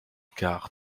car